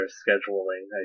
scheduling